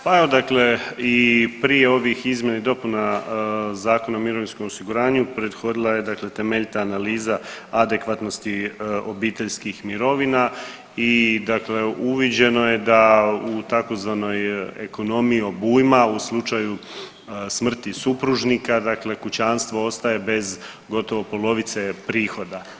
Pa evo dakle i prije ovih izmjena i dopuna Zakona o mirovinskom osiguranju prethodila je dakle temeljita analiza adekvatnosti obiteljskih mirovina i dakle uviđeno je da u tzv. ekonomiji obujma u slučaju smrti supružnica dakle kućanstvo ostaje bez gotovo polovice prihoda.